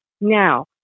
Now